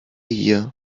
year